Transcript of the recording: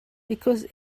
because